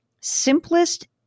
simplest